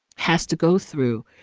has to go through,